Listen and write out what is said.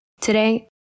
Today